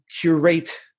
curate